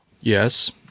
Yes